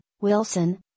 Wilson